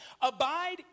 Abide